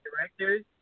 directors